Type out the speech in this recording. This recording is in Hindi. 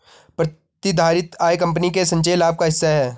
प्रतिधारित आय कंपनी के संचयी लाभ का हिस्सा है